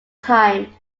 time